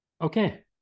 Okay